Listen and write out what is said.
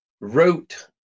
wrote